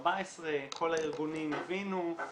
כל הארגונים הבינו.